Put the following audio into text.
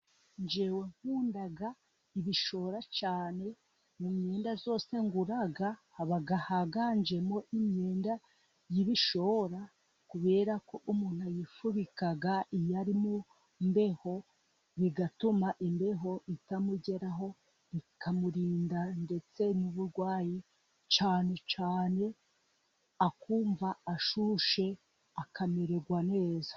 Njyewe nkunda ibishora cyane mu myenda yose ngura haba higanjemo imyenda y'ibishora kubera ko umuntu yifubika iyo ari mu mbeho, bigatuma imbeho itamugeraho ikamurinda ndetse n'uburwayi cyane cyane akumva ashyushe akamererwa neza.